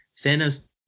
Thanos